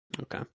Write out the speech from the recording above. Okay